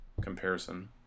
comparison